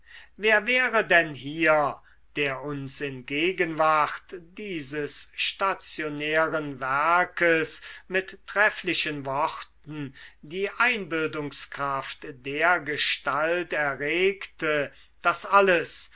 wer wäre denn hier der uns in gegenwart dieses stationären werkes mit trefflichen worten die einbildungskraft dergestalt erregte daß alles